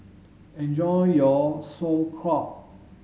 enjoy your Sauerkraut